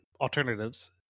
alternatives